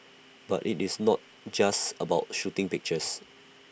but IT is not just about shooting pictures